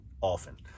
often